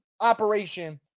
operation